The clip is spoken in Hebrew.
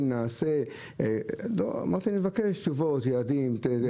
תשובה האומרת אנחנו עושים, פועלים, נעשה לא.